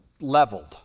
leveled